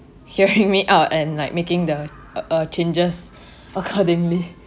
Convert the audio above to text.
hearing me out and like making the a a changes accordingly